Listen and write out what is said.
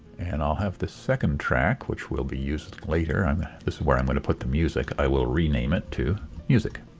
and i'll have this second track which will be used later this is where i'm going to put the music i will rename it to music.